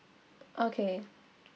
okay